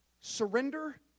Surrender